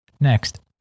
Next